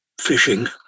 fishing